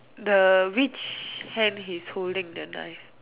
the which hand he's holding the knife